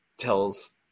tells